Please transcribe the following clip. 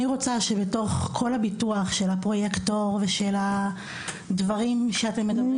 אני רוצה שבתוך כל הביטוח של הפרויקטור ושל הדברים שאתם מדברים